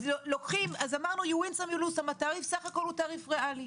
אז אמרנו שהתעריף הוא סך הכול תעריף ריאלי,